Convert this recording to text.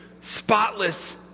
Spotless